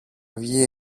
βγει